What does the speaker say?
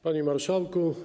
Panie Marszałku!